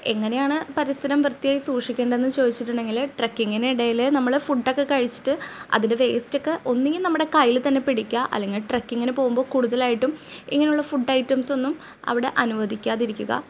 എങ്ങനെയാണ് പരിസരം വൃത്തിയായി സൂക്ഷിക്കേണ്ടതെന്ന് ചോദിച്ചിട്ടുണ്ടെങ്കിൽ ട്രെക്കിങ്ങിന് ഇടയിൽ നമ്മൾ ഫുഡൊക്കെ കഴിച്ചിട്ട് അതിൻ്റെ വേസ്റ്റ് ഒക്കെ ഒന്നുകിൽ നമ്മളുടെ കൈയ്യിൽ തന്നെ പിടിക്കുക അല്ലെങ്കിൽ ട്രക്കിങ്ങിന് പോവുമ്പോൾ കൂടുതലായിട്ടും ഇങ്ങനെ ഉള്ള ഫുഡ് ഐറ്റംസ്സ് ഒന്നും അവിടെ അനുവദിക്കാതിരിക്കുക